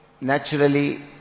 naturally